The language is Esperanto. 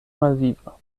malviva